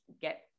get